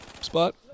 spot